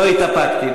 לא התאפקתי.